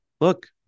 Look